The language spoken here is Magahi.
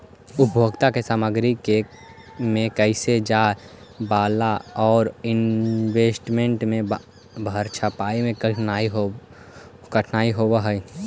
उपभोग के सामग्री में कैल जाए वालला ओवर इन्वेस्टमेंट के भरपाई में कठिनाई होवऽ हई